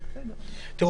לכן